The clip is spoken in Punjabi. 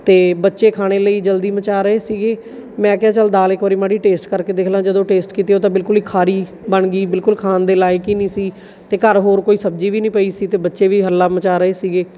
ਅਤੇ ਬੱਚੇ ਖਾਣੇ ਲਈ ਜਲਦੀ ਮਚਾ ਰਹੇ ਸੀਗੇ ਮੈਂ ਕਿਹਾ ਚਲ ਦਾਲ ਇੱਕ ਵਾਰ ਮਾੜੀ ਟੇਸਟ ਕਰਕੇ ਦੇਖ ਲਾ ਜਦੋਂ ਟੇਸਟ ਕੀਤੀ ਉਹ ਤਾਂ ਬਿਲਕੁਲ ਹੀ ਖਾਰੀ ਬਣ ਗਈ ਬਿਲਕੁਲ ਖਾਣ ਦੇ ਲਾਇਕ ਹੀ ਨਹੀ ਸੀ ਅਤੇ ਘਰ ਹੋਰ ਕੋਈ ਸਬਜ਼ੀ ਵੀ ਨਹੀਂ ਪਈ ਸੀ ਅਤੇ ਬੱਚੇ ਵੀ ਹੱਲਾ ਮਚਾ ਰਹੇ ਸੀਗੇ